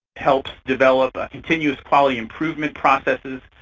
helps develop ah continuous quality improvement processes.